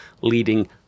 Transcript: leading